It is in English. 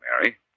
Mary